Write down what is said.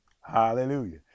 Hallelujah